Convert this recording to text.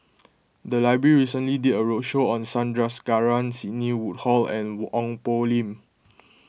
the library recently did a roadshow on Sandrasegaran Sidney Woodhull and Ong Poh Lim